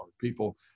people